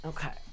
Okay